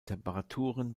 temperaturen